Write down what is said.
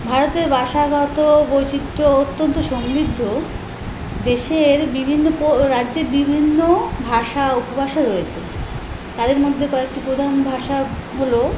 ভারতেরভাষাগত বৈচিত্র্য অত্যন্ত সমৃদ্ধ দেশের বিভিন্ন পো রাজ্যের বিভিন্ন ভাষা উপভাষা রয়েছে তাদের মধ্যে কয়েকটি প্রধান ভাষা হলো